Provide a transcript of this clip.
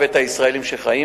הישראלים.